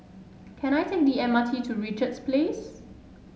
can I take the M R T to Richards Place